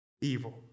evil